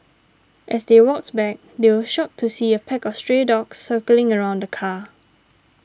as they walked back they were shocked to see a pack of stray dogs circling around the car